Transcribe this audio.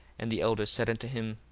and the elders said unto him,